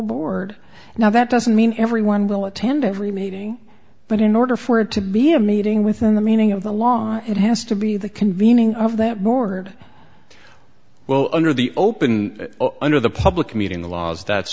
board now that doesn't mean everyone will attend every meeting but in order for it to be a meeting within the meaning of the law it has to be the convening of that more well under the open under the public meeting the laws that